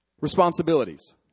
responsibilities